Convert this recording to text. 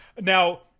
Now